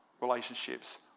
relationships